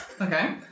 Okay